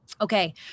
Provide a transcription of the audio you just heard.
okay